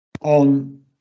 on